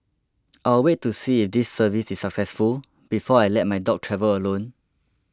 I'll wait to see if this service is successful before I let my dog travel alone